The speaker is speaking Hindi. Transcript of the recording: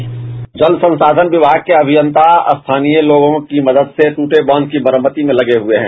साउंड बाईट जल संसाधन दिमाग के अमियंता स्थानीय लोगों की मदद से टूटे बांध की मरम्मत में लगे हुए हैं